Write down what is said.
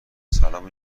سلام